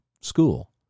school